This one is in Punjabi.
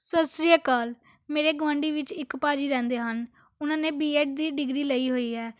ਸਤਿ ਸ਼੍ਰੀ ਅਕਾਲ ਮੇਰੇ ਗੁਆਂਢੀ ਵਿੱਚ ਇੱਕ ਭਾਅ ਜੀ ਰਹਿੰਦੇ ਹਨ ਉਹਨਾਂ ਨੇ ਬੀਐਡ ਦੀ ਡਿਗਰੀ ਲਈ ਹੋਈ ਹੈ